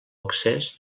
accés